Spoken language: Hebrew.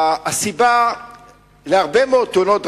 הסיבה להרבה מאוד תאונות דרכים,